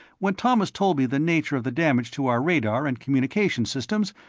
when thomas told me the nature of the damage to our radar and communications systems,